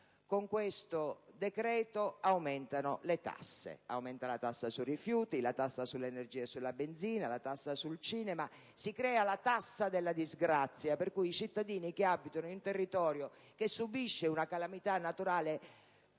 Con questo decreto aumentano le tasse: aumenta la tassa sui rifiuti, la tassa sull'energia e sulla benzina; si introduce la tassa sul cinema. Si crea la tassa della disgrazia, per cui i cittadini che abitano in un territorio che subisce una calamità naturale,